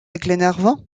glenarvan